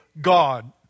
God